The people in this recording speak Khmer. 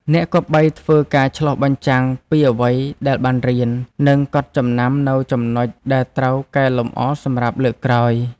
អ្នកគប្បីធ្វើការឆ្លុះបញ្ចាំងពីអ្វីដែលបានរៀន និងកត់ចំណាំនូវចំណុចដែលត្រូវកែលម្អសម្រាប់លើកក្រោយ។